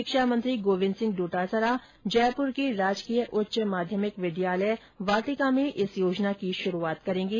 शिक्षा मंत्री गोविन्द सिंह डोटासरा जयपुर के राजकीय उच्च माध्यमिक विद्यालय वाटिका में इस योजना की शुरूआत करेंगे